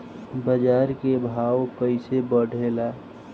बाजार के भाव कैसे बढ़े ला?